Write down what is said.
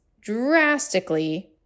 drastically